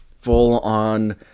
full-on